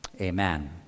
Amen